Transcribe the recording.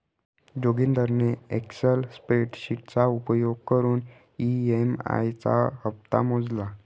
जोगिंदरने एक्सल स्प्रेडशीटचा उपयोग करून ई.एम.आई चा हप्ता मोजला